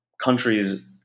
countries